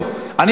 טוב.